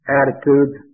attitudes